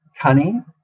cunning